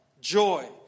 joy